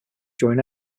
during